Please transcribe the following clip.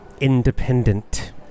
Independent